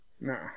No